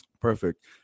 perfect